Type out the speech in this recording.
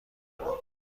کنم